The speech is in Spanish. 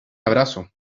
abrazo